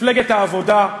מפלגת העבודה,